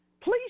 please